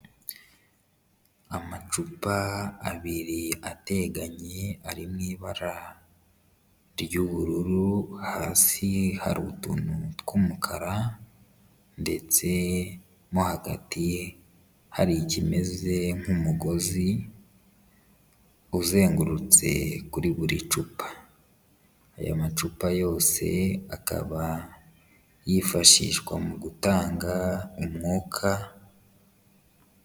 Amacupa abiri ateganye ari mu ibara ry'ubururu, hasi hari utuntu tw'umukara ndetse mo hagati hari ikimeze nk'umugozi uzengurutse kuri buri cupa, aya macupa yose akaba yifashishwa mu gutanga umwuka.